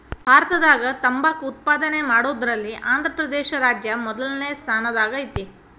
ಭಾರತದಾಗ ತಂಬಾಕ್ ಉತ್ಪಾದನೆ ಮಾಡೋದ್ರಲ್ಲಿ ಆಂಧ್ರಪ್ರದೇಶ ರಾಜ್ಯ ಮೊದಲ್ನೇ ಸ್ಥಾನದಾಗ ಐತಿ